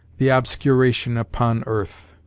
the obscuration upon earth.